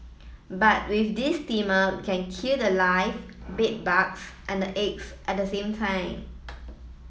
but with this steamer can kill the live bed bugs and the eggs at the same time